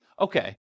okay